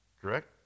correct